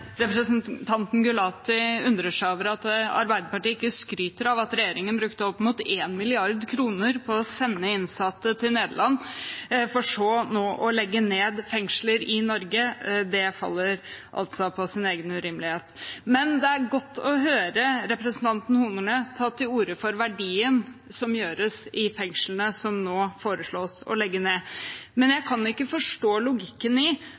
Representanten Gulati undrer seg over at Arbeiderpartiet ikke skryter av at regjeringen brukte opp mot 1 mrd. kr på å sende innsatte til Nederland for så å legge ned fengsler i Norge. Det faller på sin egen urimelighet. Det er godt å høre representanten Horne ta til orde for verdien av det som gjøres i fengslene som nå foreslås lagt ned. Men jeg kan ikke forstå logikken i